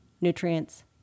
nutrients